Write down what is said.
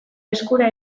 eskura